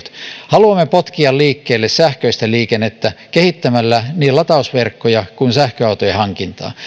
haluamme potkia liikkeelle sähköistä liikennettä kehittämällä niin latausverkkoja kuin sähköautojen hankintaa